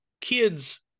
Kids